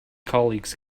colleagues